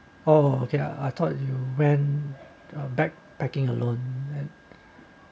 oh okay I thought you went a backpacking alone